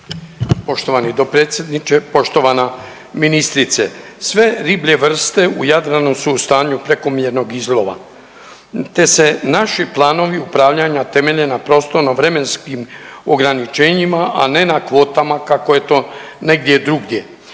Poštovani dopredsjedniče, poštovana ministrice. Sve riblje vrste u Jadranu su u stanju prekomjernog izlova te se naši planovi upravljanja temelje na prostornom vremenskim ograničenjima, a ne na kvotama kako je to negdje drugdje.